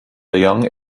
young